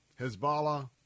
Hezbollah